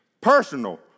Personal